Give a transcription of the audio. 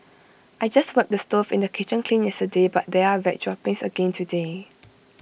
I just wiped the stove in the kitchen clean yesterday but there are rat droppings again today